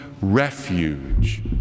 refuge